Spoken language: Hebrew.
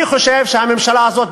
אני חושב שהממשלה הזאת,